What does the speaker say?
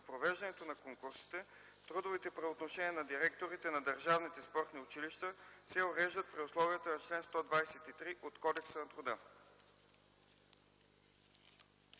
провеждане на конкурсите, трудовите правоотношения на директорите на държавните спортни училища се уреждат при условията на чл. 123 от Кодекса на труда.”